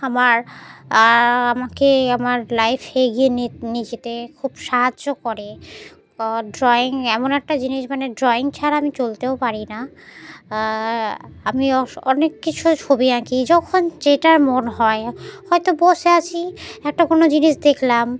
আমার আমাকে আমার লাইফ এগিয়ে নিত নিয়ে যেতে খুব সাহায্য করে ড্রয়িং এমন একটা জিনিস মানে ড্রয়িং ছাড়া আমি চলতেও পারি না আমি অসো অনেক কিছুর ছবি আঁকি যখন যেটার মন হয় হয়তো বসে আছি একটা কোনো জিনিস দেখলাম